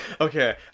okay